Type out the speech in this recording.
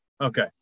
Okay